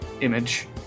image